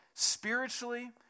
spiritually